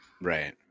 Right